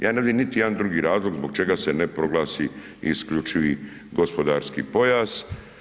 Ja ne vidim niti jedan drugi razlog zbog čega se ne proglasi isključivi gospodarski pojas.